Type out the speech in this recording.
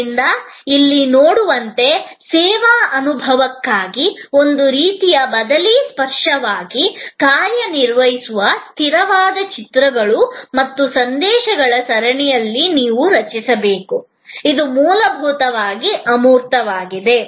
ಆದ್ದರಿಂದ ನೀವು ಇಲ್ಲಿ ನೋಡುವಂತೆ ಸೇವಾ ಅನುಭವಕ್ಕಾಗಿ ಒಂದು ರೀತಿಯ ಬದಲಿ ಸ್ಪರ್ಶವಾಗಿ ಕಾರ್ಯನಿರ್ವಹಿಸುವ ಸ್ಥಿರವಾದ ಚಿತ್ರಗಳು ಮತ್ತು ಸಂದೇಶಗಳ ಸರಣಿಯನ್ನು ನೀವು ರಚಿಸಬೇಕು ಇದು ಮೂಲಭೂತವಾಗಿ ಅಮೂರ್ತವಾಗಿದೆ